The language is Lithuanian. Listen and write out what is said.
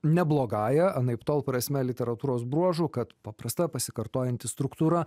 ne blogąja anaiptol prasme literatūros bruožų kad paprasta pasikartojanti struktūra